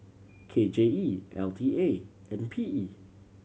K J E L T A and P E